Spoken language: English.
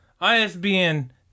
ISBN